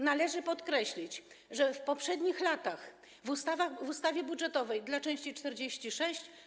Należy podkreślić, że w poprzednich latach w ustawie budżetowej dla części 46: